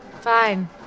Fine